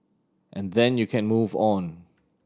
and then you can move on